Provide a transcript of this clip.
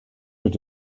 mit